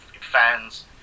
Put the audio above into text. fans